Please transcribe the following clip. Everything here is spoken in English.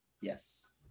Yes